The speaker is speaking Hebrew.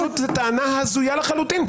זו טענה הזויה לחלוטין,